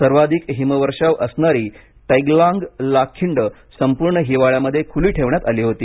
सर्वाधिक हिमवर्षाव असणारा टैगलांग ला खिंड संपूर्ण हिवाळ्यामध्ये खूली ठेवण्यात आली होती